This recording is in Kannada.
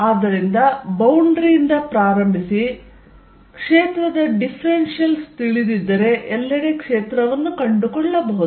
ಆದ್ದರಿಂದ ಬೌಂಡರಿ ಯಿಂದ ಪ್ರಾರಂಭಿಸಿ ಕ್ಷೇತ್ರದ ಡಿಫ್ರೆನ್ಷಿಯಲ್ಸ್ ತಿಳಿದಿದ್ದರೆ ಎಲ್ಲೆಡೆ ಕ್ಷೇತ್ರವನ್ನು ಕಂಡುಕೊಳ್ಳಬಹುದು